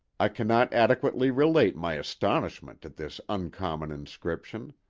i cannot adequately relate my astonishment at this uncommon inscription!